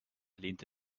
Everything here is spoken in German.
lehnte